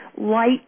light